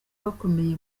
bakomeye